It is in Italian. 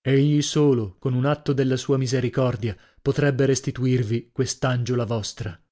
egli solo con un atto della sua misericordia potrebbe restituirvi quest'angiola vostra